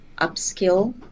upskill